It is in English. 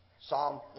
Psalm